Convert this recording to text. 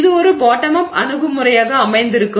இது ஒரு bottom up அணுகுமுறையாக அமைந்திருக்கும்